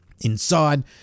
Inside